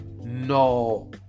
No